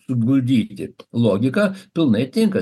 suguldyti logiką pilnai tinka